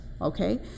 okay